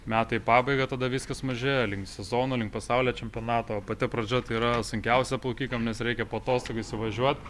metai į pabaigą tada viskas mažėja link sezono link pasaulio čempionato pati pradžia tai yra sunkiausia plaukikam nes reikia po atostogų įsivažiuot